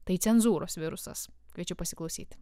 tai cenzūros virusas kviečiu pasiklausyti